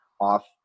off